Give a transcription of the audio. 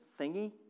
thingy